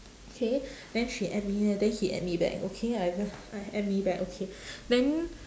okay then she add me uh then he add me back okay I uh I add me back okay then